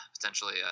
potentially